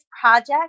project